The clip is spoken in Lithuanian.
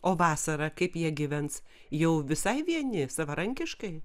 o vasarą kaip jie gyvens jau visai vieni savarankiškai